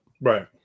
Right